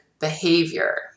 behavior